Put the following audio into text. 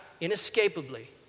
inescapably